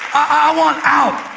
i want out.